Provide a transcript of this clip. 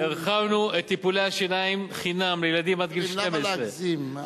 הרחבנו את טיפולי השיניים חינם לילדים עד גיל 12. למה להגזים?